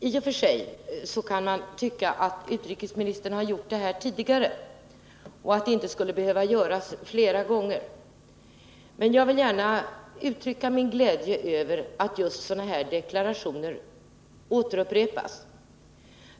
I och för sig kan man tycka att utrikesministern har redogjort för detta tidigare och att han inte skulle behöva göra det flera gånger, men jag vill gärna uttrycka min glädje över att just sådana här deklarationer återupprepas.